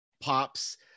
pops